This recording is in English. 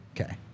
okay